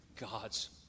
God's